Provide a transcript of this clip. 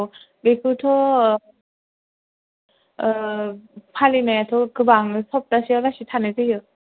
फालिनायाथ' गोबां सप्तासेया लासै थानाय जायो